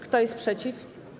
Kto jest przeciw?